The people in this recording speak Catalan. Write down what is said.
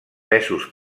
pesos